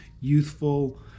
youthful